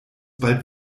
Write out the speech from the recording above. bald